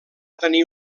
tenir